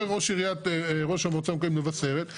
אומר ראש עיריית המועצה המקומית מבשרת,